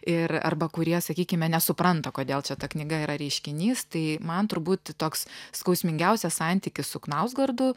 ir arba kurie sakykime nesupranta kodėl čia ta knyga yra reiškinys tai man turbūt toks skausmingiausias santykis su knausgardu